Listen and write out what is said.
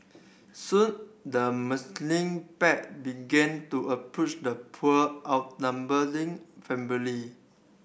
soon the pack began to approach the poor outnumber family